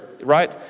right